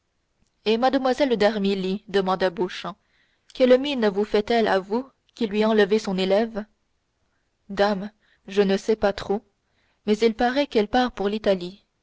et mlle d'armilly demanda beauchamp quelle mine vous fait-elle à vous qui lui enlevez son élève dame je ne sais pas trop mais il paraît qu'elle part pour l'italie